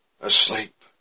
asleep